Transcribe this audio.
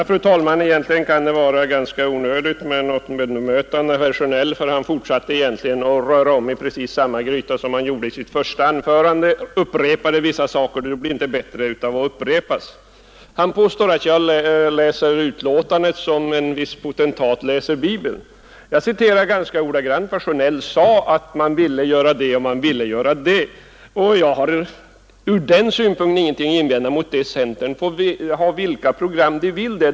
Fru talman! Egentligen kan det vara onödigt att bemöta herr Sjönell. Han fortsatte ju bara att röra om i samma gryta som i det första anförandet. Saker och ting blir inte bättre av att upprepas. Herr Sjönell påstod att jag läser betänkandet som en viss potentat läser Bibeln. Jag citerade ganska ordagrant vad herr Sjönell sade om att man ville göra det och man ville göra det. Och centern får ha vilka program den vill.